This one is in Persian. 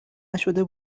نشده